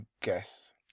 guess